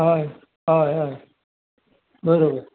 हय हय हय बरोबर